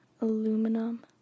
aluminum